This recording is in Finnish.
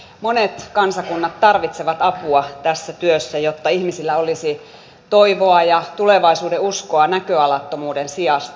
monet kansakunnat tarvitsevat apua tässä työssä jotta ihmisillä olisi toivoa ja tulevaisuuden uskoa näköalattomuuden sijasta